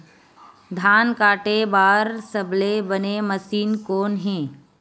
धान काटे बार सबले बने मशीन कोन हे?